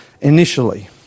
initially